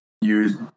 use